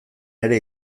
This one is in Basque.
ere